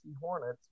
Hornets